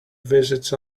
visits